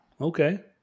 Okay